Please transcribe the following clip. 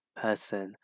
person